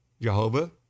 Jehovah